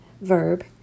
verb